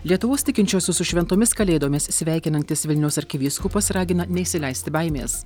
lietuvos tikinčiuosius su šventomis kalėdomis sveikinantis vilniaus arkivyskupas ragina neįsileisti baimės